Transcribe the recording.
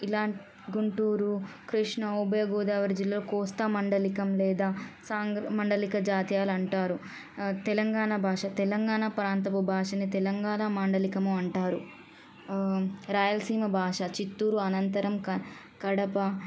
ఇలాంటి గుంటూరు కృష్ణా ఉభయ గోదావరి జిల్లాల కోస్తా మాండలికం లేదా సాంఘ మాండలిక జాతీయాలు అంటారు తెలంగాణ భాష తెలంగాణ ప్రాంతపు భాషను తెలంగాణ మాండలికము అంటారు రాయలసీమ భాష చిత్తూరు అనంతరం క కడప